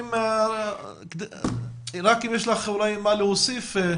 יש לך מה להוסיף?